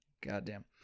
Goddamn